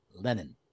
Lenin